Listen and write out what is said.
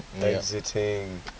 Exiting